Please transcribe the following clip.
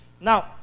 Now